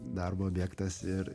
darbo objektas ir